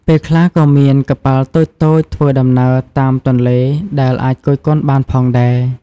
ពេលខ្លះក៏មានកប៉ាល់តូចៗធ្វើដំណើរតាមទន្លេដែលអាចគយគន់បានផងដែរ។